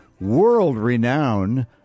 world-renowned